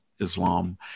Islam